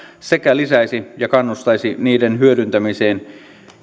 sekä lisäisi ja kannustaisi niiden hyödyntämiseen